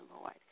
Lord